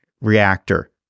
reactor